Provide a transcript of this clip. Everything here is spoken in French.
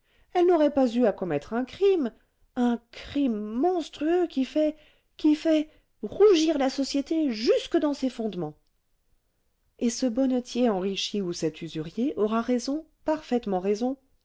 elle n'aurait pas eu à commettre un crime un crime monstrueux qui fait qui fait rougir la société jusque dans ses fondements et ce bonnetier enrichi ou cet usurier aura raison parfaitement raison